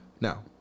Now